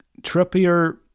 Trippier